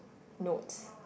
note